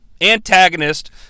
antagonist